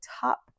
top